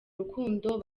rukundo